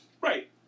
Right